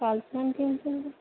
policy అంటే ఏంటండీ